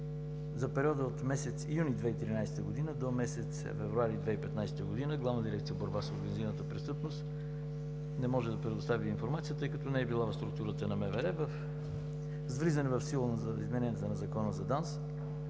За периода от месец юни 2013 г. до месец февруари 2015 г. Главна дирекция „Борба с организираната престъпност“ не може да предостави информация, тъй като не е била в структурата на МВР. С влизане в сила за изменение на Закона за ДАНС